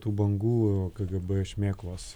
tų bangų kgb šmėklos